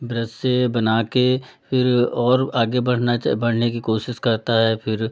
brush से बना के फिर और आगे बढ़ना बढ़ने की कोशिश करता है फिर